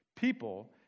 people